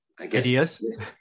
ideas